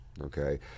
okay